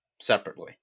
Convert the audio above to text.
separately